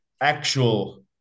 actual